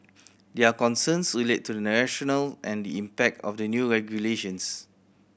their concerns relate to the rationale and the impact of the new regulations